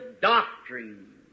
doctrine